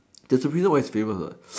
there's a reason why it's famous what